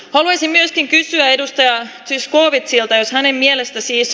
voisimme pysyä edustajaa siis kuudeksi väisänen mielestä siis